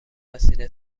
وسیله